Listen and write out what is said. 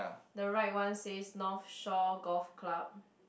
the right one says North Shore Golf Club